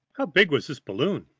how big was this balloon?